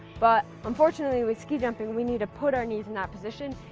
but unfortunately, with ski jumping, we need to put our knees in that position,